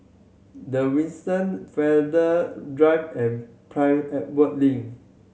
The Windsor Farrer Drive and Prince Edward Link